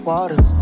Water